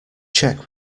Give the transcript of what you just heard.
check